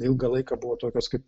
ilgą laiką buvo tokios kaip